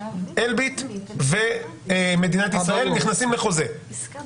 אלביט ומדינת ישראל נכנסים לחוזה,